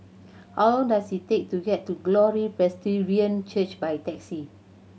how long does it take to get to Glory Presbyterian Church by taxi